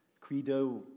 Credo